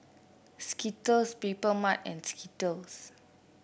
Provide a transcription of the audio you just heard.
Skittles Papermarket and Skittles